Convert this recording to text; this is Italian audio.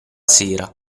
sera